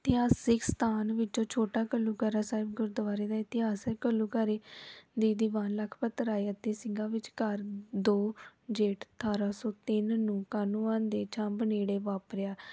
ਇਤਿਹਾਸਕ ਸਥਾਨ ਵਿੱਚੋਂ ਛੋਟਾ ਘੱਲੂਘਾਰਾ ਸਾਹਿਬ ਗੁਰਦੁਆਰੇ ਦਾ ਇਤਿਹਾਸ ਹੈ ਘੱਲੂਘਾਰੇ ਦੀ ਦੀਵਾਨ ਲਖਪਤ ਰਾਏ ਅਤੇ ਸਿੰਘਾਂ ਵਿਚਕਾਰ ਦੋ ਜੇਠ ਅਠਾਰਾਂ ਸੌ ਤਿੰਨ ਨੂੰ ਕਾਹਨੂੰਵਾਨ ਦੇ ਛੰਬ ਨੇੜੇ ਵਾਪਰਿਆ